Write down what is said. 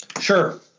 Sure